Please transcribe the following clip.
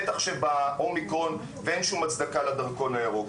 בטח שבאומיקרון ואין שום הצדקה לדרכון הירוק.